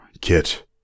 Kit